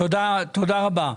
תודה רבה.